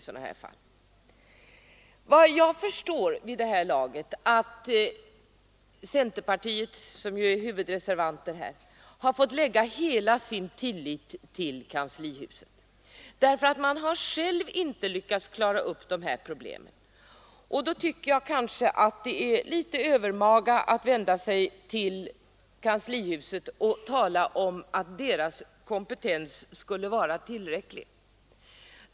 Jag börjar vid det här laget förstå att centerpartiet, som är huvudreservanten här, har fått sätta hela sin lit till kanslihuset därför att man själv inte har lyckats klara upp problemen. Men det är kanske litet övermaga att vända sig till kanslihuset och tala om att dess kompetens skulle vara tillräcklig.